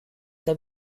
der